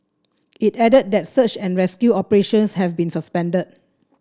it added that search and rescue operations have been suspended